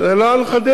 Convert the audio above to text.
זה לא הנכדים,